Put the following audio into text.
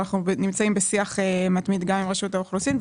ואנחנו נמצאים בשיח מתמיד גם עם רשות האוכלוסין.